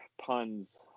puns